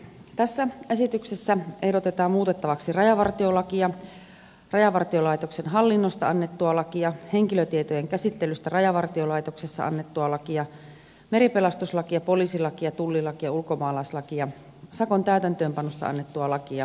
tässä esityksessä ehdotetaan muutettavaksi rajavartiolakia rajavartiolaitoksen hallinnosta annettua lakia henkilötietojen käsittelystä rajavartiolaitoksessa annettua lakia meripelastuslakia poliisilakia tullilakia ulkomaalaislakia sakon täytäntöönpanosta annettua lakia ja tieliikennelakia